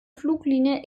fluglinie